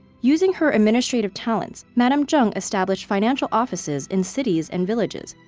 using her administrative talents, madame zheng established financial offices in cities and villages,